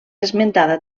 esmentada